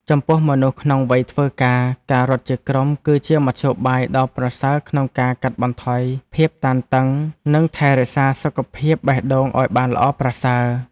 ចំពោះមនុស្សក្នុងវ័យធ្វើការ ការរត់ជាក្រុមគឺជាមធ្យោបាយដ៏ប្រសើរក្នុងការកាត់បន្ថយភាពតានតឹង និងថែរក្សាសុខភាពបេះដូងឱ្យបានល្អប្រសើរ។